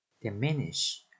Diminish